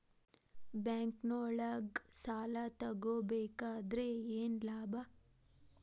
ಬ್ಯಾಂಕ್ನೊಳಗ್ ಸಾಲ ತಗೊಬೇಕಾದ್ರೆ ಏನ್ ಲಾಭ?